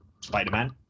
Spider-Man